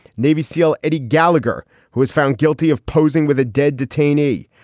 navy seal eddie gallagher, who was found guilty of posing with a dead detainee.